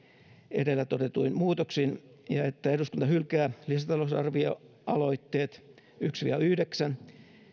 edellä todetuin muutoksin ja että eduskunta hylkää lisätalousarvioaloitteet yksi viiva yhdeksän